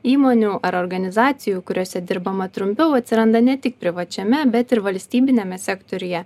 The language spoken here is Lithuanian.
įmonių ar organizacijų kuriose dirbama trumpiau atsiranda ne tik privačiame bet ir valstybiniame sektoriuje